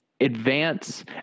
advance